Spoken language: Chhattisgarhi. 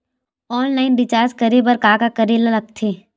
ऑनलाइन रिचार्ज करे बर का का करे ल लगथे?